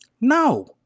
No